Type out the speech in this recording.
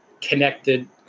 connected